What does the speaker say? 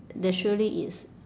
there surely is